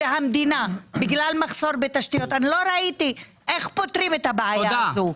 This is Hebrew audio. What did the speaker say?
אני לא ראיתי איך פותרים את הבעיה הזאת.